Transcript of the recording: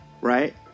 right